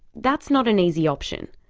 that's not an easy option.